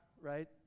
right